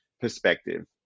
perspective